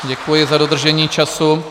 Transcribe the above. Děkuji za dodržení času.